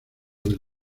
del